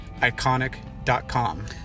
Iconic.com